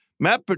Matt